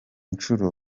nshuro